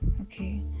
okay